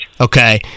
Okay